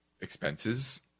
expenses